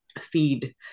feed